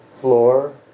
floor